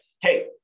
hey